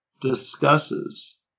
discusses